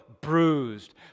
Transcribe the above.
bruised